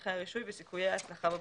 הליכי הרישוי וסיכויי ההצלחה בבחינות,